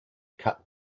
cut